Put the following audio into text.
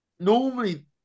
Normally